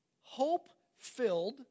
Hope-filled